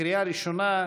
לקריאה ראשונה.